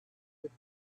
with